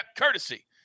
courtesy